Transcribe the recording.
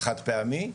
חד פעמי,